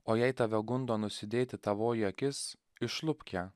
o jei tave gundo nusidėti tavoji akis išlupk ją